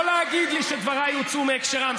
לא להגיד לי שדבריי הוצאו מהקשרם,